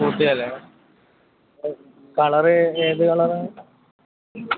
scooty അല്ലേ colour ഏത് കളറാണ്